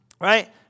right